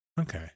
Okay